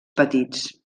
petits